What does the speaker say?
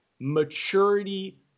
maturity